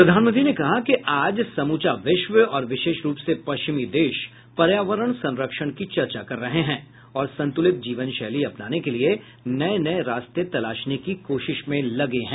प्रधानमंत्री ने कहा कि आज समूचा विश्व और विशेष रूप से पश्चिमी देश पर्यावरण संरक्षण की चर्चा कर रहे हैं और संतुलित जीवनशैली अपनाने के लिए नए नए रास्ते तलाशने की कोशिश में लगे हैं